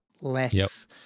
less